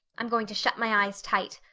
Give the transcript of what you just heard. i'm going to shut my eyes tight.